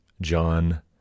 John